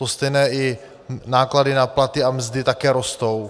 To stejné náklady na platy a mzdy také rostou.